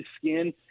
skin